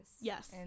Yes